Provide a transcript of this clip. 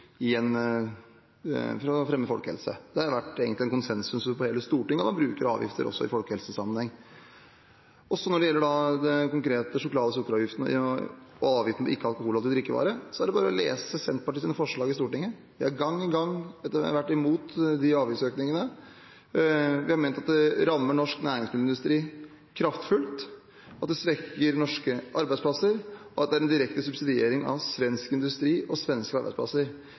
for å fremme folkehelsen. Det har egentlig vært konsensus i Stortinget om å bruke avgifter også i folkehelsesammenheng. Når det gjelder den konkrete sjokolade- og sukkeravgiften og avgiften på ikke-alkoholholdige drikkevarer, er det bare å lese Senterpartiets forslag i Stortinget. Vi har gang på gang vært imot de avgiftsøkningene. Vi har ment at de rammer norsk næringsmiddelindustri kraftig, at det svekker norske arbeidsplasser, og at det er en direkte subsidiering av svensk industri og svenske arbeidsplasser. Det mener vi er en uklok politikk, for i Norge må vi politikere føre en politikk som skaper verdiskapende arbeidsplasser